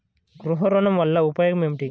గృహ ఋణం వల్ల ఉపయోగం ఏమి?